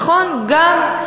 נכון, גם.